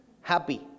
happy